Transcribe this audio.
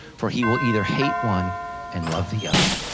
for he will either hate one and love the other.